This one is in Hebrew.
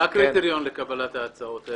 מה הקריטריון לקבלת ההצעות?